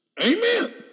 amen